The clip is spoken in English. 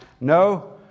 No